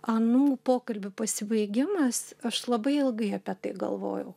anų pokalbių pasibaigimas aš labai ilgai apie tai galvojau